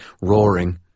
roaring